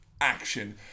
action